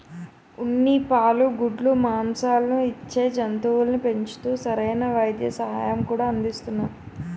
ఉన్ని, పాలు, గుడ్లు, మాంససాలను ఇచ్చే జంతువుల్ని పెంచుతూ సరైన వైద్య సహాయం కూడా అందిస్తున్నాము